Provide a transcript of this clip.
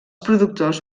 productors